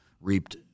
reaped